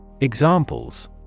Examples